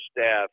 staff